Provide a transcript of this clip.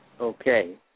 Okay